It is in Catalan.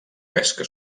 pesca